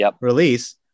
release